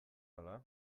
ala